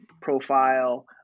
profile